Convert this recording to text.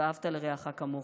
ואהבת לרעך כמוך.